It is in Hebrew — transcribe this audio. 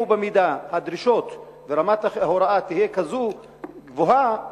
אם הדרישות ורמת ההוראה יהיו כאלה גבוהות,